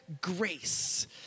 grace